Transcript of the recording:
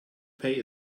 pay